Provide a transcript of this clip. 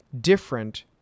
different